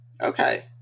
okay